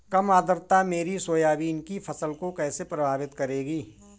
कम आर्द्रता मेरी सोयाबीन की फसल को कैसे प्रभावित करेगी?